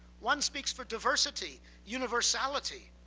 one speaks for diversity, universality.